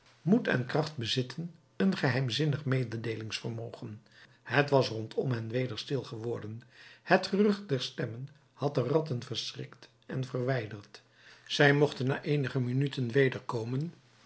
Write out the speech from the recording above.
moed en kracht bezitten een geheimzinnig mededeelingsvermogen het was rondom hen weder stil geworden het gerucht der stemmen had de ratten verschrikt en verwijderd zij mochten na eenige minuten wederkomen